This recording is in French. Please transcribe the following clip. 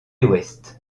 ouest